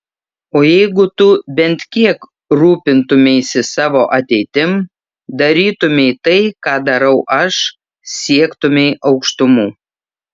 o jeigu tu bent kiek rūpintumeisi savo ateitim darytumei tai ką darau aš siektumei aukštumų